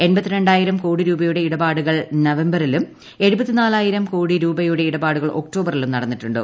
എൺപത്തി രണ്ടായിരം കോടി രൂപയുടെ ഇടപാടുകൾ നവംബറിലും എഴുപത്തി നാലായിരം കോടി രൂപയുടെ ഇടപാടുകൾ ഒക്ടോബറിലും നടന്നിട്ടുണ്ട്